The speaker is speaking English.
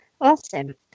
awesome